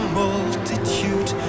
multitude